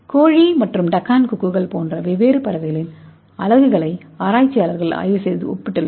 கோழி மற்றும் டக்கன் கொக்குகள் போன்ற வெவ்வேறு பறவைகளின் கொக்குகளை ஆராய்ச்சியாளர்கள் ஆய்வு செய்து ஒப்பிட்டுள்ளனர்